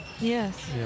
Yes